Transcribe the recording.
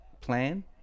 plan